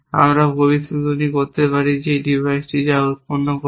আমরা ভবিষ্যদ্বাণী করতে পারি যে এই ডিভাইসটি যা উৎপন্ন করবে